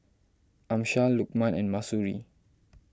Amsyar Lukman and Mahsuri